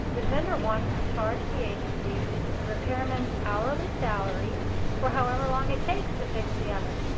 the vendors want to charge the agency the repairman's hourly salary for however long it takes to fix the oven.